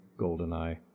Goldeneye